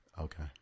Okay